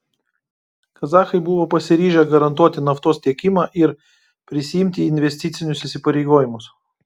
kazachai buvo pasiryžę garantuoti naftos tiekimą ir prisiimti investicinius įsipareigojimus